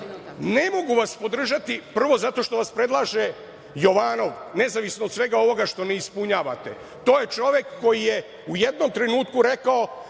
mogu vas podržati, prvo, zato što vas predlaže Jovanov, nezavisno od svega ovoga što ne ispunjavate. To je čovek koji je u jednom trenutku rekao